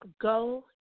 go